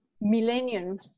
millennium